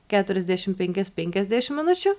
keturiasdešim penkias penkiasdešim minučių